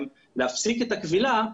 הוא עבר מהידיים של הרשות המבצעת,